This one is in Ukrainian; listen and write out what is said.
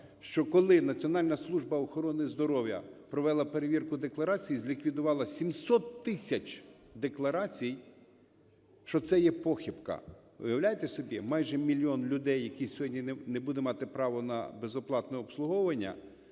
що коли Національна служба охорони здоров'я провела перевірку декларацій, зліквідувала 700 тисяч декларацій, що це є похибка. Ви уявляєте собі, майже мільйон людей, які сьогодні не будуть мати право на безоплатне обслуговування,